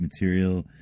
material